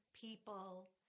people